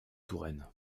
touraine